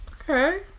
okay